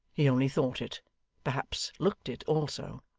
he only thought it perhaps looked it also.